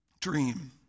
dream